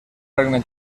regne